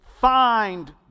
Find